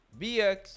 BX